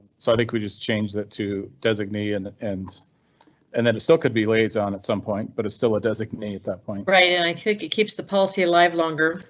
so like we just change that to designee and. and and then it still could be lays down at some point, but it's still a designee at that point, right? and i think it keeps the policy alive longer,